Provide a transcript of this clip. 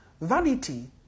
vanity